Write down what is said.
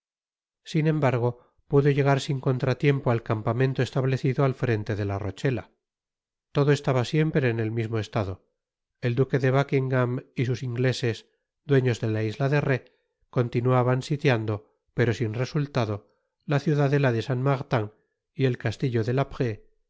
sin embargo pudo llegar sin contratiempo al campamento establecido al frente de la rochela todo estaba siempre en el mismo estado el duque de buckiogam y sus ingleses dueños de la isla de rhé continuaban sitiando pero sin resultado la ciudadela de saint martin y el castillo de la prée